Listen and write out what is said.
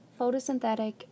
photosynthetic